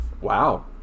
Wow